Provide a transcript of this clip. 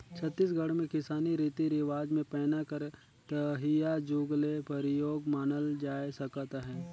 छत्तीसगढ़ मे किसानी रीति रिवाज मे पैना कर तइहा जुग ले परियोग मानल जाए सकत अहे